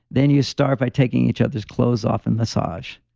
then you start by taking each other's clothes off and massage.